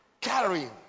carrying